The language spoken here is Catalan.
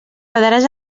badaràs